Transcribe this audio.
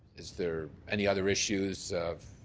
is there any other issues?